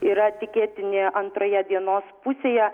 yra tikėtini antroje dienos pusėje